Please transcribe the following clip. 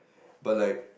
but like